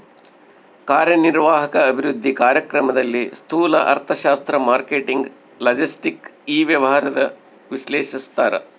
ಕಾರ್ಯನಿರ್ವಾಹಕ ಅಭಿವೃದ್ಧಿ ಕಾರ್ಯಕ್ರಮದಲ್ಲಿ ಸ್ತೂಲ ಅರ್ಥಶಾಸ್ತ್ರ ಮಾರ್ಕೆಟಿಂಗ್ ಲಾಜೆಸ್ಟಿಕ್ ಇ ವ್ಯವಹಾರ ವಿಶ್ಲೇಷಿಸ್ತಾರ